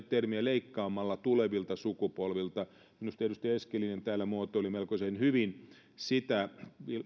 termiä leikkaamalla tulevilta sukupolvilta minusta edustaja eskelinen täällä muotoili melkoisen hyvin kun